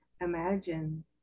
imagine